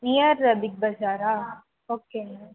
near big பஜாரா ஓகேங்க